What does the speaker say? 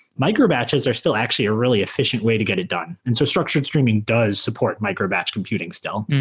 micro-batches are still actually a really efficient way to get it done. and so structured streaming does support micro-batch computing still.